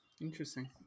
Interesting